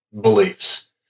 beliefs